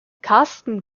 karsten